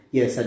Yes